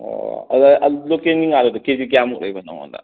ꯑꯣ ꯑꯗꯨꯗ ꯑꯗꯨ ꯂꯣꯀꯦꯟꯒꯤ ꯉꯥꯗꯨꯗ ꯀꯦꯖꯤ ꯀꯌꯥꯃꯨꯛ ꯂꯩꯕ ꯅꯉꯣꯟꯗ